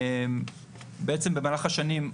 במהלך השנים,